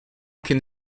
can